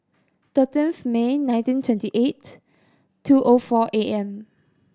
thirteenth May nineteen twenty eight two O four A M